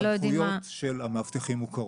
הסמכויות של המאבטחים מוכרות.